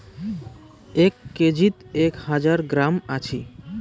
এক কেজিত এক হাজার গ্রাম আছি